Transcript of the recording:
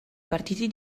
partiti